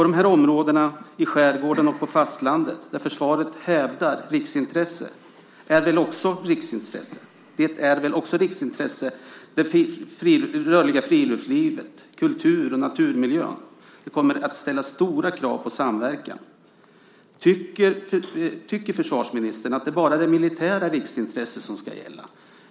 De här områdena i skärgården och på fastlandet där försvaret hävdar riksintresse är väl också riksintresse för det rörliga friluftslivet med sin kultur och naturmiljö? Det kommer att ställas stora krav på samverkan. Tycker försvarsministern att det bara är det militära riksintresset som ska gälla?